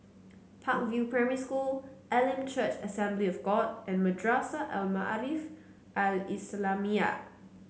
Park View Primary School Elim Church Assembly of God and Madrasah Al Maarif Al Islamiah